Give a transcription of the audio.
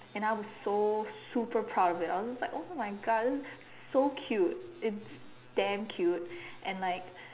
and I was so super proud of it I was just like oh my God this is so cute it's damn cute and like